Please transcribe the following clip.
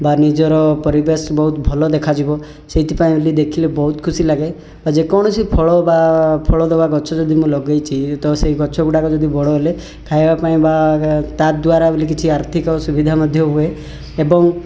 ବା ନିଜର ପରିବେଶ ବହୁତ ଭଲ ଦେଖାଯିବ ସେଇଥିପାଇଁ ବୋଲି ଦେଖିଲେ ବହୁତ ଖୁସିଲାଗେ ବା ଯେ କୌଣସି ଫଳ ବା ଫଳ ଦବା ଗଛ ଯଦି ମୁଁ ଲଗେଇଛି ତ ସେଇ ଗଛଗୁଡ଼ାକ ଯଦି ବଡ଼ ହେଲେ ଖାଇବାପାଇଁ ବା ତା ଦ୍ଵରା ବୋଲି କିଛି ଆର୍ଥିକ ସୁବିଧା ମଧ୍ୟ ହୁଏ ଏବଂ